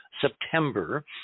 September